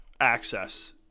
access